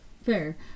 fair